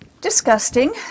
Disgusting